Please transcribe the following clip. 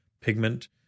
pigment